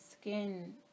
skin